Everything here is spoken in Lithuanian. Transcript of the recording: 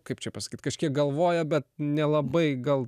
kaip čia pasakyt kažkiek galvoja bet nelabai gal